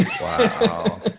Wow